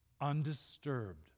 undisturbed